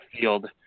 field